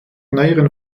neueren